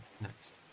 next